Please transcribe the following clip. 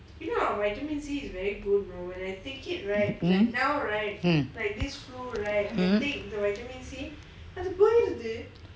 hmm mm hmm